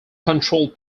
controlled